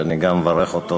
אני מברך אותו.